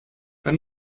wenn